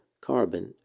carbon